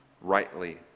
rightly